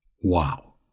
Wow